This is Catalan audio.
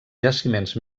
jaciments